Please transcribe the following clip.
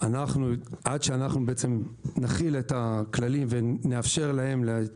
עד שאנחנו נחיל את הכללים ונאפשר להם את